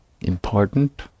important